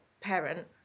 parent